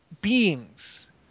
beings